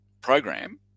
program